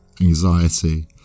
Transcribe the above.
anxiety